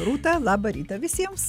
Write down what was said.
rūta labą rytą visiems